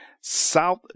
South